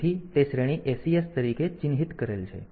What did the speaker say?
તેથી તે શ્રેણી ACS તરીકે ચિહ્નિત કરેલ છે